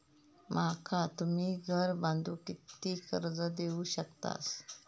माका तुम्ही घर बांधूक किती कर्ज देवू शकतास?